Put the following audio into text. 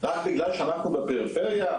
רק בגלל שאנחנו בפריפריה,